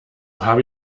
habe